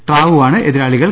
ട്രാവുവാണ് എതിരാളികൾ